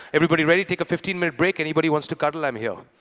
everybody ready? take a fifteen minute break. anybody wants to cuddle, i'm here.